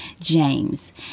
James